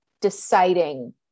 deciding